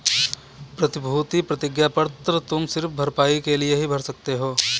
प्रतिभूति प्रतिज्ञा पत्र तुम सिर्फ भरपाई के लिए ही भर सकते हो